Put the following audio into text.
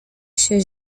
się